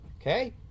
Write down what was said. Okay